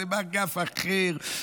זה מאגף אחר,